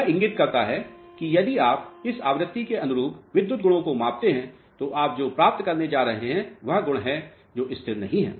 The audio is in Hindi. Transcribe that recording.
यह इंगित करता है कि यदि आप इस आवृत्ति के अनुरूप विद्युत गुणों को मापते हैं तो आप जो प्राप्त करने जा रहे हैं वह गुण हैं जो स्थिर नहीं हैं